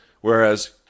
whereas